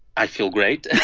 i feel great